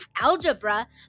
algebra